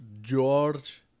George